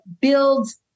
builds